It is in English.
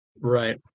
Right